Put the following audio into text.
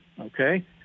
okay